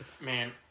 Man